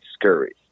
discouraged